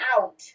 out